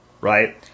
right